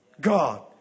God